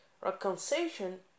reconciliation